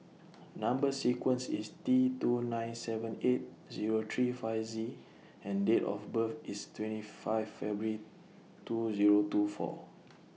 Number sequence IS T two nine seven eight Zero three five Z and Date of birth IS twenty five February two Zero two four